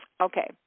Okay